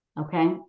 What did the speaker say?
okay